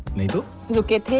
need to know.